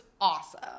awesome